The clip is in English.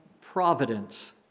providence